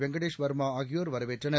வெங்கடேஷ் வர்மா ஆகியோர் வரவேற்றனர்